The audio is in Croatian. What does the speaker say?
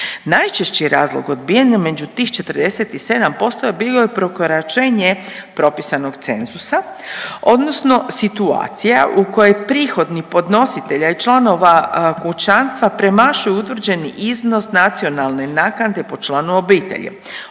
Najčešći razlog odbijanja među tih 47% je bio prekoračenje propisanog cenzusa, odnosno situacija u kojoj prihodni podnositelja i članova kućanstva premašuju utvrđeni iznos nacionalne naknade po članu obitelji.